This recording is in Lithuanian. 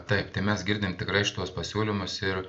taip tai mes girdim tikrai šituos pasiūlymus ir